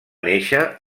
néixer